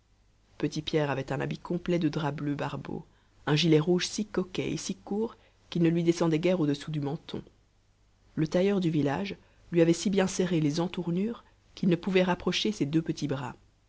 petit pierre avait un habit complet de drap bleu barbeau un gilet rouge si coquet et si court qu'il ne lui descendait guère au-dessous du menton le tailleur du village lui avait si bien serré les entournures qu'il ne pouvait rapprocher ses deux petits bras